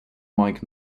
mic